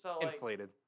inflated